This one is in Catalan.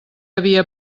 havia